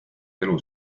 elu